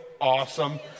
Awesome